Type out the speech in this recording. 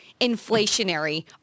inflationary